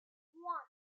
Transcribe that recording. one